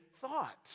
thought